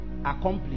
accomplish